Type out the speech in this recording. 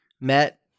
met